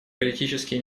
политические